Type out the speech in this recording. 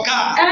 God